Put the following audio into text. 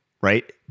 right